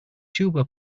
tuba